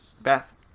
Beth